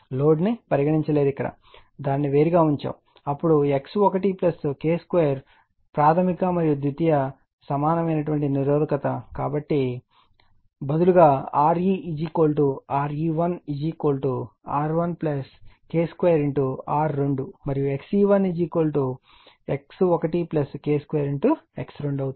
load ను పరిగణించలేదు దానిని వేరుగా ఉంచండి అప్పుడు X1 K2 ప్రాధమిక మరియు ద్వితీయ సమానమైన నిరోధకత కాబట్టి బదులుగా Re RE1 R1 K 2 R2 మరియు XE1 X1 K 2 X2 అవుతుంది